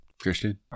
Christian